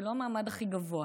זה לא המעמד הכי גבוה,